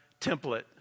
template